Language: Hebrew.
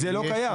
זה לא קיים.